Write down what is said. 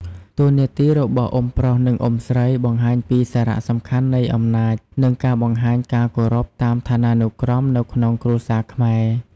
តួនាទីរបស់អ៊ុំប្រុស និងអ៊ុំស្រីបង្ហាញពីសារៈសំខាន់នៃអំណាច និងការបង្ហាញការគោរពតាមឋាននុក្រមនៅក្នុងគ្រួសារខ្មែរ។